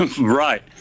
Right